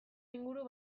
inguru